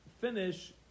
finish